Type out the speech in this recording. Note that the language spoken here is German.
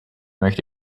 möchte